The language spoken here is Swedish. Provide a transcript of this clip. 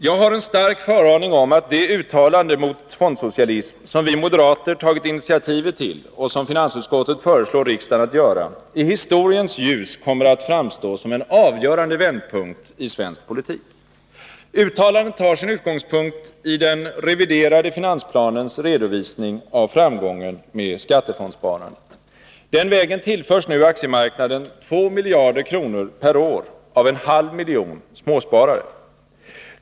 Jag har en stark föraning om att det uttalande mot fondsocialism som vi moderater tagit initiativet till och som finansutskottet föreslår riksdagen att göra i historiens ljus kommer att framstå som en avgörande vändpunkt i svensk politik. Uttalandet tar sin utgångspunkt i den reviderade finansplanens redovisning av framgången med skattefondssparandet. Den vägen tillförs nu aktiemarknaden 2 miljarder kronor per år av en halv miljon småsparare.